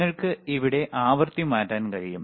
നിങ്ങൾക്ക് ഇവിടെ ആവൃത്തി മാറ്റാൻ കഴിയും